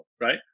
right